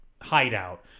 hideout